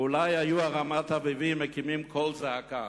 אולי היו הרמת-אביבים מקימים קול זעקה,